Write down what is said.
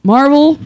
Marvel